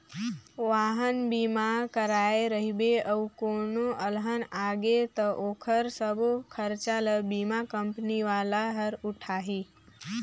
वाहन बीमा कराए रहिबे अउ कोनो अलहन आगे त ओखर सबो खरचा ल बीमा कंपनी वाला हर उठाही